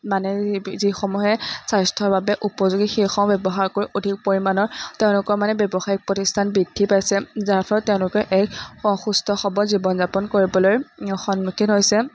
মানে যিসমূহে স্বাস্থ্যৰ বাবে উপযোগী সেইসমূহ ব্যৱহাৰ কৰি অধিক পৰিমাণৰ তেওঁলোকৰ মানে ব্যৱসায়িক প্ৰতিষ্ঠান বৃদ্ধি পাইছে যাৰফলত তেওঁলোকে এক সুস্থ সবল জীৱন যাপন কৰিবলৈ সন্মুখীন হৈছে